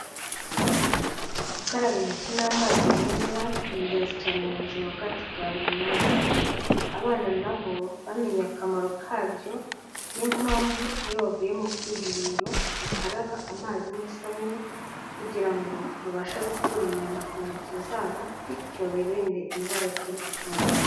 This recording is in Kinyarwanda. Gukaraba intoki n'amazi meza ni ingenzi cyane mu buzima bwacu bwa buri munsi, abana nabo bamenye akamaro kabyo, niyo mpamvu iyo bavuye mu bwiherero bakaraba amazi n'isabune, kugira ngo babashe gukura imyanda ku ntoki zabo, bityo birinde indwara zituruka ku mwanda.